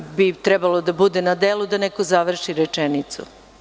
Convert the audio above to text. To bi trebalo da bude na delu da neko završi rečenicu.